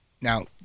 now